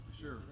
Sure